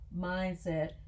mindset